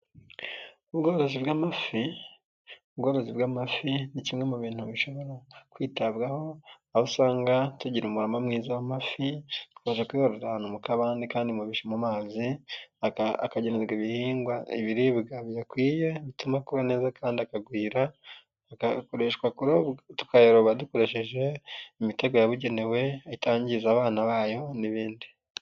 Ubworozi bw'amafi, ubworozi bw'amafi ni kimwe mu bintu bishobora kwitabwaho aho usanga tugira umurama mwiza w'amafi twaje kuyororera mu kabande kandi mu mazi, akagenerwa ibiribwa biyakwiye bituma akora neza kandi akagwira, tukayaroba dukoresheje imitego yabugenewe itangiza abana bayo n'ibindi.